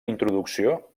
introducció